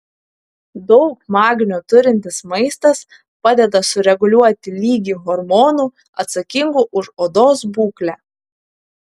daug magnio turintis maistas padeda sureguliuoti lygį hormonų atsakingų už odos būklę